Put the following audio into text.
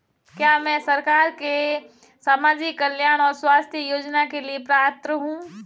क्या मैं सरकार के सामाजिक कल्याण और स्वास्थ्य योजना के लिए पात्र हूं?